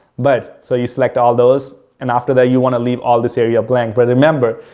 but so you select all those, and after that, you want to leave all this area blank. but remember,